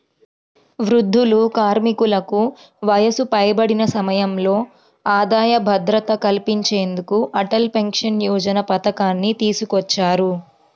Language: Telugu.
వృద్ధులు, కార్మికులకు వయసు పైబడిన సమయంలో ఆదాయ భద్రత కల్పించేందుకు అటల్ పెన్షన్ యోజన పథకాన్ని తీసుకొచ్చారు